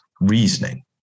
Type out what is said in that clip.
reasoning